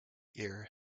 year